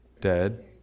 dead